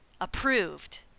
approved